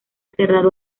cerrado